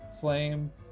flame